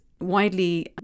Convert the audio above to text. widely